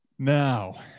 Now